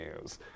news